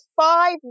five